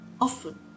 often